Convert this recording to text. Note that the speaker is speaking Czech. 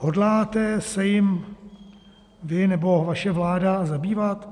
Hodláte se jím vy nebo vaše vláda zabývat?